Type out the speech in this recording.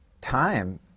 time